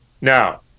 Now